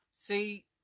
See